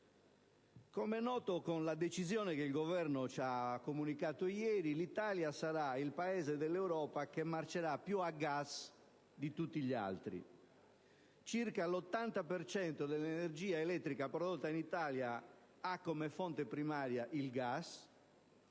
Com'è noto, con la decisione che il Governo ci ha comunicato ieri, l'Italia sarà il Paese dell'Europa che marcerà più a gas di tutti gli altri. Circa l'80 per cento dell'energia elettrica prodotta nel nostro Paese ha come fonte primaria il gas;